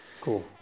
cool